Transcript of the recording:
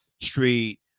Street